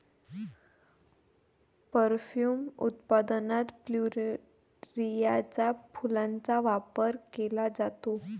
perfume उत्पादनात प्लुमेरियाच्या फुलांचा वापर केला जातो